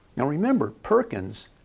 now remember, perkins